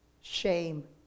shame